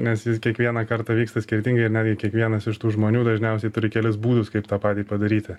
nes jis kiekvieną kartą vyksta skirtingai ir netgi kiekvienas iš tų žmonių dažniausiai turi kelis būdus kaip tą patį padaryti